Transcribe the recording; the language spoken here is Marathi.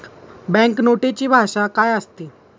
बँक नोटेची भाषा काय असते?